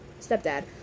stepdad